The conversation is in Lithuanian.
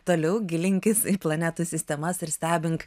toliau gilinkis į planetų sistemas ir stebink